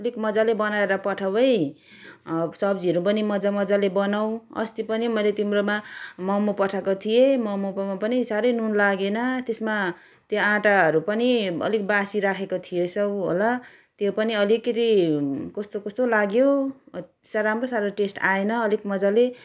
अलिक मजाले बनाएर पठाऊ है सब्जीहरू पनि मजा मजाले बनाऊ अस्ति पनि मैले तिम्रोमा मोमो पठाएको थिएँ मोमोकोमा पनि साह्रै नुन लागेन त्यसमा त्यो आटाहरू पनि अलिक बासी राखेको थिएछौँ होला त्यो पनि अलिकति कस्तो कस्तो लाग्यो राम्रो साह्रो टेस्ट आएन अलिक मजाले